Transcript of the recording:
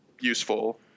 useful